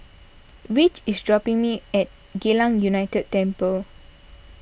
Ridge is dropping me at Geylang United Temple